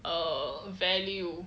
err value